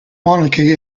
monarchy